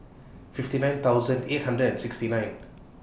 fifty nine thousand eight hundred and sixty nine